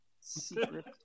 secret